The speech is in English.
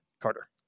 Carter